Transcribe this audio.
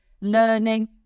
learning